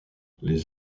les